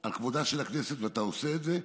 על כבודה של הכנסת, ואתה עושה את זה.